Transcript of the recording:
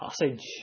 passage